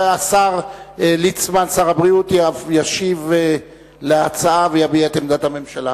שר הבריאות ליצמן ישיב על ההצעה ויביע את עמדת הממשלה